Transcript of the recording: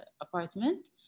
apartment